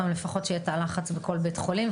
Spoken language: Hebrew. לפחות שיהיה תא לחץ בכל בית חולים,